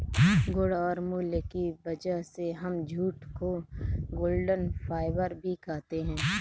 गुण और मूल्य की वजह से हम जूट को गोल्डन फाइबर भी कहते है